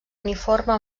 uniforme